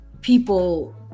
people